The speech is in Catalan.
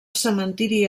cementiri